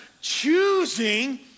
choosing